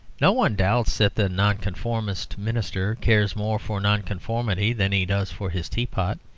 no one doubts that the nonconformist minister cares more for nonconformity than he does for his teapot.